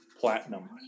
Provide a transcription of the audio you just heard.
platinum